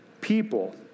people